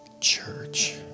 church